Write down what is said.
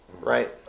right